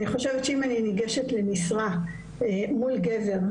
אני חושבת שאם אני ניגשת למשרה מול גבר,